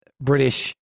british